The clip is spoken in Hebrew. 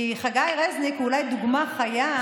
כי חגי רזניק הוא אולי דוגמה חיה,